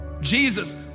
Jesus